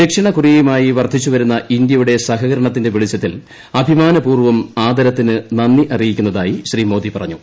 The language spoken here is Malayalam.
ദക്ഷിണ കൊറിയയുമായി വർദ്ധിച്ചുവരുന്ന ഇന്ത്യയുടെ സഹകരണത്തിന്റെ വെളിച്ചത്തിൽ അഭിമാനപൂർവ്വം ആദരത്തിന് നന്ദി അറിയിക്കുന്നതായി ശ്രീ മോദി പറഞ്ഞു